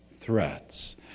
threats